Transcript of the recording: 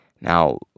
Now